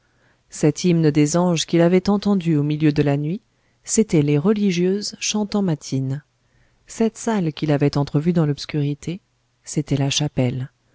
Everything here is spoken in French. cet hymne des anges qu'il avait entendu au milieu de la nuit c'étaient les religieuses chantant matines cette salle qu'il avait entrevue dans l'obscurité c'était la chapelle